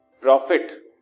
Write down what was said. profit